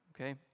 okay